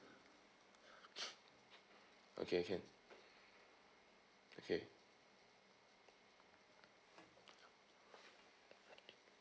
okay can okay